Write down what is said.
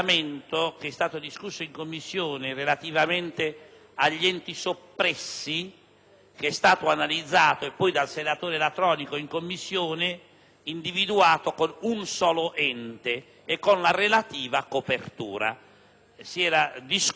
è stato analizzato poi dal senatore Latronico in Commissione, che ha individuato un solo ente e la relativa copertura. È stato discusso e, a quei sensi, il parere è favorevole.